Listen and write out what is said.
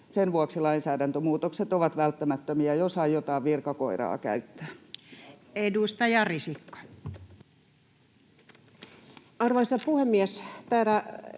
sen vuoksi lainsäädäntömuutokset ovat välttämättömiä, jos aiotaan virkakoiraa käyttää. Edustaja Risikko. Arvoisa puhemies! Täällä